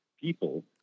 people